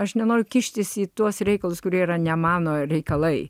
aš nenoriu kištis į tuos reikalus kurie yra ne mano reikalai